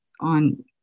on